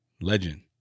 legend